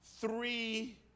three